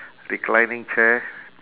reclining chair